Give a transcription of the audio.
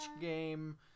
game